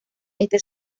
este